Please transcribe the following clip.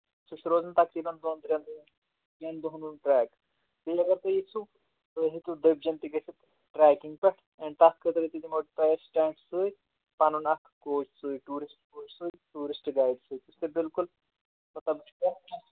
سُہ چھُ روزان تقریٖباً دۄن ترٛٮ۪ن دۄہَن ترٛٮ۪ن دۄہن ہُنٛد ٹرٛیک بیٚیہِ اَگر تُہۍ ییٚژھِو ہیٚکِو دٔبجَن تہِ گٔژھِتھ ٹرٛیکِنٛگ پٮ۪ٹھ اینٛڈ تَتھ خٲطرٕ تہِ دِمو تۄہہِ أسۍ ٹٮ۪نٛٹ سۭتۍ پَنُن اَکھ کوچ سۭتۍ ٹوٗرِسٹ کوچ سۭتۍ ٹوٗرِسٹ گایڈ سۭتۍ یُس توہہِ بِلکُل